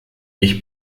ich